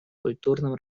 культурным